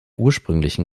ursprünglichen